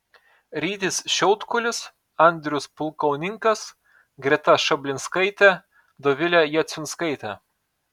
rytis šiautkulis andrius pulkauninkas greta šablinskaitė dovilė jaciunskaitė